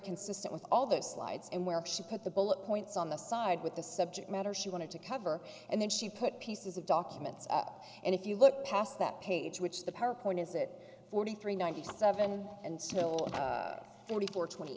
consistent with all those slides and where she put the bullet points on the side with the subject matter she wanted to cover and then she put pieces of documents up and if you look past that page which the corn is it forty three ninety seven and still thirty four twenty